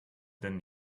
than